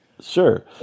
Sure